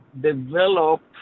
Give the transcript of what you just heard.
develop